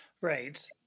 Right